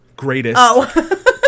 greatest